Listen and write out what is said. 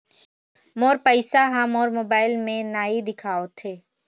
मोर पैसा ह मोर मोबाइल में नाई दिखावथे